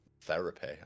therapy